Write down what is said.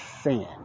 sin